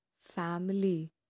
family